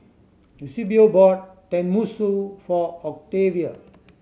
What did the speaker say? Eusebio bought Tenmusu for Octavia